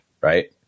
right